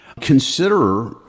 consider